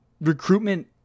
recruitment